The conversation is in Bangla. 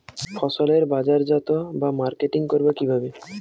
ফসলের বাজারজাত বা মার্কেটিং করব কিভাবে?